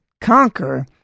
conquer